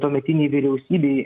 tuometinei vyriausybei